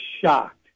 shocked